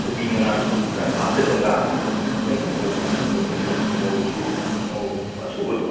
ꯀꯣꯕꯤ ꯃꯅꯥꯗꯨꯁꯨ ꯈꯔ ꯍꯥꯞꯆꯜꯂꯒ ꯑꯩꯈꯣꯏꯅ ꯑꯃꯨꯛ ꯑꯗꯨꯗꯩꯗꯤ ꯃꯣꯔꯣꯛꯁꯨ ꯃꯣꯔꯣꯛ ꯑꯁꯨꯕꯗꯣ